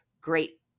great